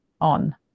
on